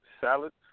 salads